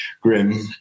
Grim